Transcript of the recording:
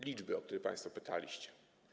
Liczby, o które państwo pytaliście.